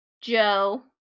joe